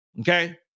Okay